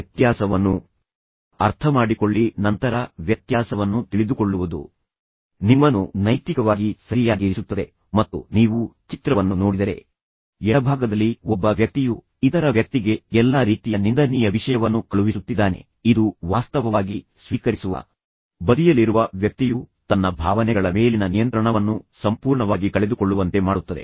ವ್ಯತ್ಯಾಸವನ್ನು ಅರ್ಥಮಾಡಿಕೊಳ್ಳಿ ನಂತರ ವ್ಯತ್ಯಾಸವನ್ನು ತಿಳಿದುಕೊಳ್ಳುವುದು ನಿಮ್ಮನ್ನು ನೈತಿಕವಾಗಿ ಸರಿಯಾಗಿರಿಸುತ್ತದೆ ಮತ್ತು ನೀವು ಚಿತ್ರವನ್ನು ನೋಡಿದರೆ ಎಡಭಾಗದಲ್ಲಿ ಒಬ್ಬ ವ್ಯಕ್ತಿಯು ಇತರ ವ್ಯಕ್ತಿಗೆ ಎಲ್ಲಾ ರೀತಿಯ ನಿಂದನೀಯ ವಿಷಯವನ್ನು ಕಳುಹಿಸುತ್ತಿದ್ದಾನೆ ಇದು ವಾಸ್ತವವಾಗಿ ಸ್ವೀಕರಿಸುವ ಬದಿಯಲ್ಲಿರುವ ವ್ಯಕ್ತಿಯು ತನ್ನ ಭಾವನೆಗಳ ಮೇಲಿನ ನಿಯಂತ್ರಣವನ್ನು ಸಂಪೂರ್ಣವಾಗಿ ಕಳೆದುಕೊಳ್ಳುವಂತೆ ಮಾಡುತ್ತದೆ